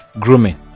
grooming